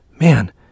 man